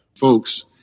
Folks